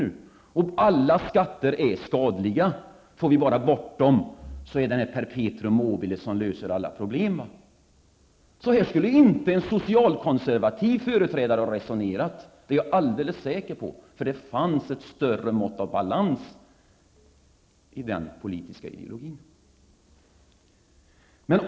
De menar att alla skatter är skadliga, och bara de försvinner får vi ett perpetuum mobile, som löser alla problem. Så här skulle inte en socialkonservativ företrädare ha resonerat -- det är jag helt säker på -- för det fanns ett större mått av balans i den politiska ideologin.